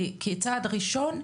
כצעד ראשון,